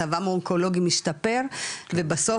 מצבם האונקולוגי משתפר ובסוף,